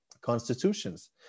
constitutions